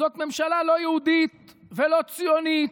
זאת ממשלה לא יהודית ולא ציונית.